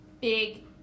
big